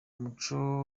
umuco